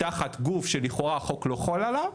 תחת גוף שלכאורה החוק לא חל עליו,